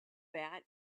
bat